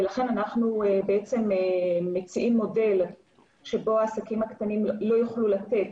ולכן אנחנו מציעים מודל שבו העסקים הקטנים לא יוכלו לתת